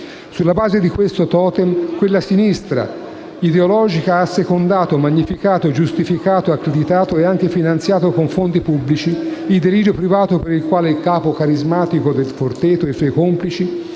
Sulla base di questo *totem* quella sinistra ideologica ha assecondato, magnificato, giustificato, accreditato e anche finanziato con fondi pubblici il delirio privato per il quale il capo carismatico del Forteto e i suoi complici